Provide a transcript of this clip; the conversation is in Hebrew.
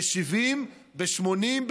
ב-70, ב-80,